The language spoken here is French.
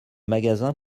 magasins